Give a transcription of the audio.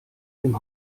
dem